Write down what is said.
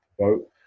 vote